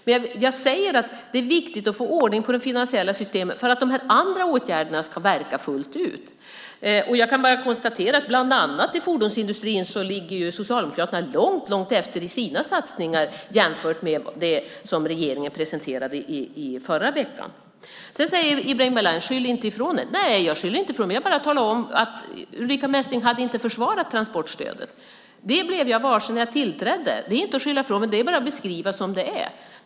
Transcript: Men jag säger att det är viktigt att få ordning på de finansiella systemen för att de andra åtgärderna ska verka fullt ut. Jag kan bara konstatera att när det bland annat gäller fordonsindustrin ligger Socialdemokraterna långt efter i sina satsningar jämfört med det som regeringen presenterade förra veckan. Ibrahim Baylan säger: Skyll inte ifrån er! Nej, jag skyller inte ifrån mig. Jag talar bara om att Ulrica Messing inte hade försvarat transportstödet. Det blev jag varse när jag tillträdde. Det är inte att skylla ifrån mig. Jag beskriver bara hur det är.